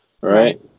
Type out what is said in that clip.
right